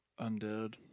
undead